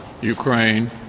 Ukraine